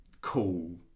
cool